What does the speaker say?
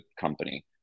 company